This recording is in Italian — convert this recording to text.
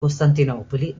costantinopoli